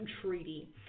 treaty